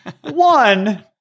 One